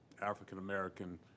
African-American